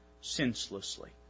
senselessly